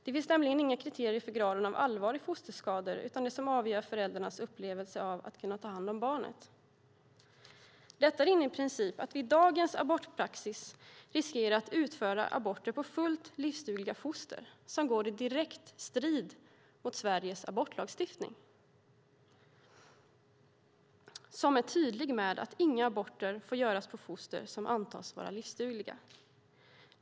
Det finns nämligen inga kriterier för graden av allvar i fosterskador, utan det som avgör är föräldrarnas upplevelse av att kunna ta hand om barnet. Detta innebär i princip att vi med dagens abortpraxis riskerar att utföra aborter på fullt livsdugliga foster, vilket direkt står i strid med Sveriges abortlagstiftning, som är tydlig med att inga aborter får göras på foster som antas vara livsdugliga.